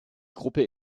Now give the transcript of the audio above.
gruppe